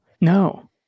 No